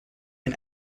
can